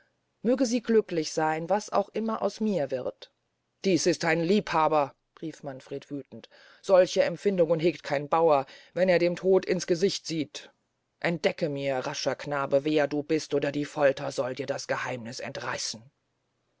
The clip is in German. möge sie glücklich seyn was auch aus mir wird dies ist ein liebhaber rief manfred wüthend solche empfindungen hegt kein bauer wenn er dem tode ins gesicht sieht entdecke mir rascher knabe wer du bist oder die folter soll dir das geheimniß entreissen